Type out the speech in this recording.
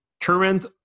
Current